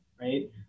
right